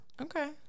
Okay